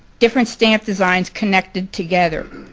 different stamp designs connected together.